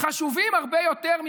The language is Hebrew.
כי אתה,